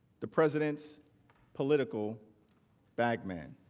the president's political bag man.